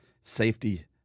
safety